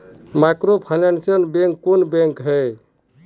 Microfinance bank कौन bank है?